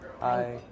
Hi